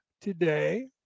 today